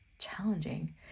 challenging